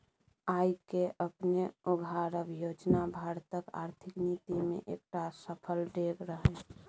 आय केँ अपने उघारब योजना भारतक आर्थिक नीति मे एकटा सफल डेग रहय